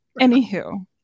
Anywho